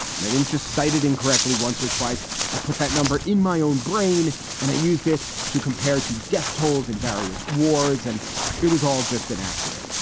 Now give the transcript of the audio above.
and i didn't just cited incorrectly, once or twice. i put that number in my own brain and it used it to compare to death tolls in various wars. and it was all just an accurate.